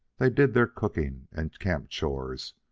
they did their cooking and camp-chores,